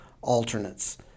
alternates